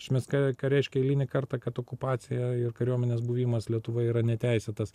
iš esmės ką ką reiškia eilinį kartą kad okupacija ir kariuomenės buvimas lietuvoje yra neteisėtas